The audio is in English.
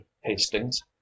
Hastings